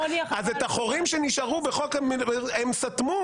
אז את החורים שנשארו הם סתמו,